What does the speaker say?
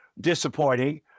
disappointing